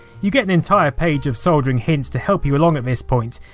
you get an entire page of soldering hints to help you along at this point,